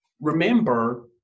remember